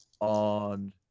on